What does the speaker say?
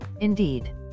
indeed